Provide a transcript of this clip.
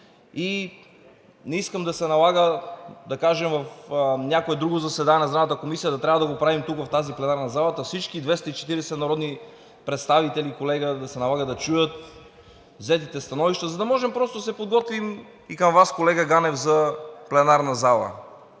и не искам да се налага да кажа в някое друго заседание на Здравната комисия, та трябва да го правим тук, в тази пленарна зала, та всички 240 народни представители, колега, да се налага да чуят взетите становища, за да може просто да се подготвим – и към Вас, колега Ганев, в пленарна зала.